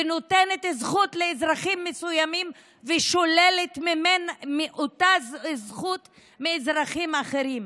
ונותנת זכות לאזרחים מסוימים ושוללת את אותה זכות מאזרחים אחרים,